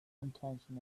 intention